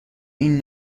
این